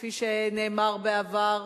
כפי שנאמר בעבר,